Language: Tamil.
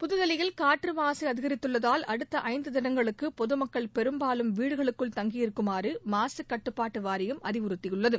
புதுதில்லியில் காற்று மாக அதிகரித்துள்ளதால் அடுத்த ஐந்து திளங்களுக்கு பொதுமக்கள் பெரும்பாலும் விடுகளுக்குள் தங்கி இருக்குமாறு மாசு கட்டுபாட்டு வாரியம் அறிவுறுத்தியுள்ளது